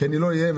כי אני לא אהיה.